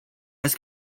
was